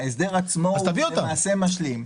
ההסדר עצמו הוא משלים.